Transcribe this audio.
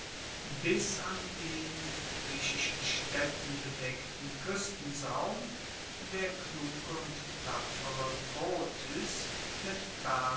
bis an den mit griechischen staedten bedeckten kuestensaum der kluge und tapfere kotys mit